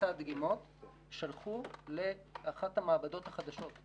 שמבצעת דגימות שלחו לאחת המעבדות החדשות,